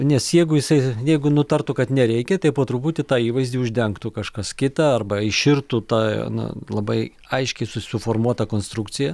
nes jeigu jisai jeigu nutartų kad nereikia taip po truputį tą įvaizdį uždengtų kažkas kita arba iširtų ta na labai aiškiai susiformuotą konstrukciją